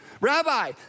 Rabbi